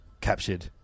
captured